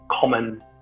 common